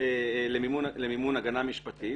למימון הגנה משפטית